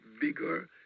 bigger